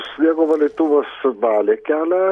sniego valytuvas valė kelią